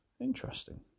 Interesting